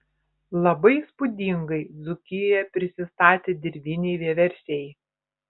labai įspūdingai dzūkijoje prisistatė dirviniai vieversiai